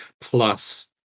Plus